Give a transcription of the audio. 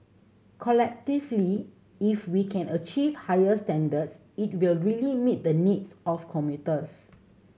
collectively if we can achieve higher standards it will really meet the needs of commuters